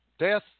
Death